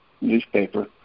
newspaper